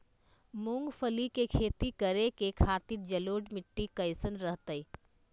मूंगफली के खेती करें के खातिर जलोढ़ मिट्टी कईसन रहतय?